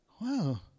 wow